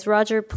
Roger